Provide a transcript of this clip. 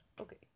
Okay